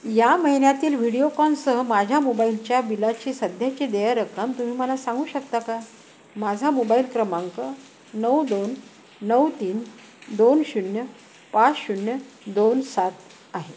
या महिन्यातील व्हिडिओकॉनसह माझ्या मोबाईलच्या बिलाची सध्याची देय रक्कम तुम्ही मला सांगू शकता का माझा मोबाईल क्रमांक नऊ दोन नऊ तीन दोन शून्य पाच शून्य दोन सात आहे